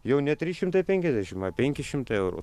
jau ne trys šimtai penkiasdešim o penki šimtai eurų